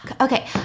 okay